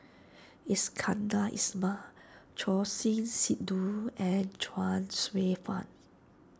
Iskandar Ismail Choor Singh Sidhu and Chuang Hsueh Fang